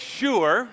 sure